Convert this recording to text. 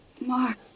Mark